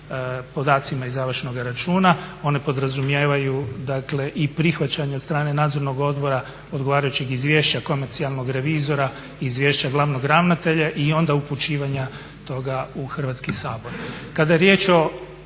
podacima iz završnoga računa, one podrazumijevaju i prihvaćanje od strane Nadzornog odbora odgovarajućeg izvješća komercijalnog revizora, izvješća glavnog ravnatelja i onda upućivanja toga u Hrvatski sabor.